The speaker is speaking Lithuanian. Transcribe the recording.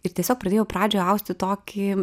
ir tiesiog pradėjau pradžioj austi tokį